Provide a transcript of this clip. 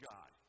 God